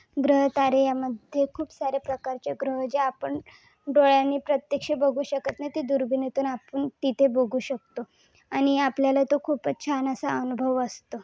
ग्रहतारे यामध्ये खूप सारे प्रकारचे ग्रह जे आपण डोळ्यानी प्रत्यक्ष बघू शकत नाही ते दुर्बिणीतून आपण तिथे बघू शकतो आणि आपल्याला तो खूपच छान असा अनुभव असतो